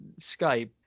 skype